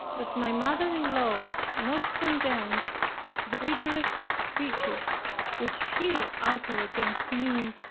that my mother-in-law, not content with the bitterest speeches which she uttered against me,